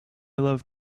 love